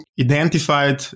identified